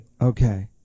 Okay